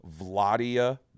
Vladia